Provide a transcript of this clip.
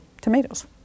tomatoes